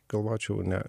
galvočiau ne